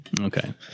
Okay